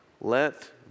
Let